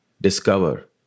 discover